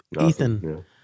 Ethan